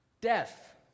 death